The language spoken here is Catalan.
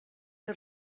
que